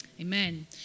Amen